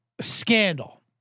scandal